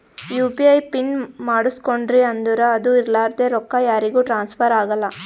you P I PIN ಮಾಡುಸ್ಕೊಂಡ್ರಿ ಅಂದುರ್ ಅದು ಇರ್ಲಾರ್ದೆ ರೊಕ್ಕಾ ಯಾರಿಗೂ ಟ್ರಾನ್ಸ್ಫರ್ ಆಗಲ್ಲಾ